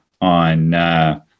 on